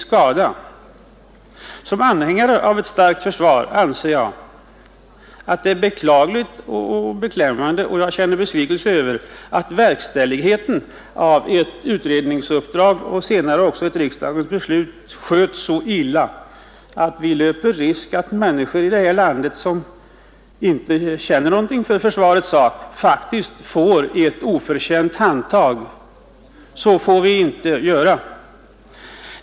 Som anhängare av ett starkt försvar finner jag det beklagligt och beklämmande att verkställigheten av ett utredningsuppdrag och senare också ett riksdagsbeslut sköts så illa att vi löper risken att människor i detta land som inte känner något för försvarets sak faktiskt får ett oförtjänt handtag. Så får vi inte göra!